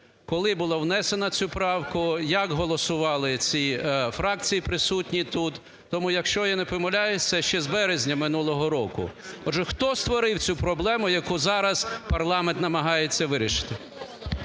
коли було внесено цю правку, як голосували ці фракції, присутні тут, тому… якщо я не помиляюся, ще з березня минулого року. Отже, хто створив цю проблему, яку зараз парламент намагається вирішити?